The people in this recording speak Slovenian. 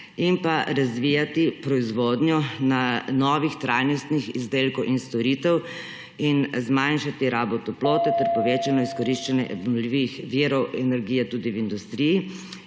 in pa razvijati proizvodnjo novih trajnostnih izdelkov in storitev in zmanjšati rabo toplote ter povečano izkoriščanje obnovljivih virov energije tudi v industriji